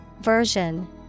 Version